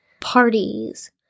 Parties